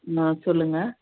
ஆ சொல்லுங்க